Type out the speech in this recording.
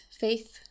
Faith